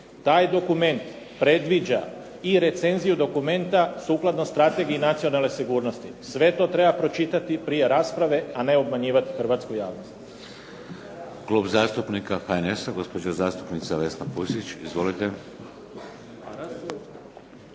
taj dokument predviđa i recenziju dokumenta sukladno Strategiji nacionalne sigurnosti. Sve to treba pročitati prije rasprave, a ne obmanjivati hrvatsku javnost. **Šeks, Vladimir (HDZ)** Klub zastupnika HNS-a gospođa zastupnica Vesna Pusić. Izvolite. **Pusić,